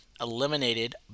eliminated